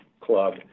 club